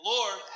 Lord